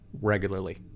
regularly